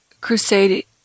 crusade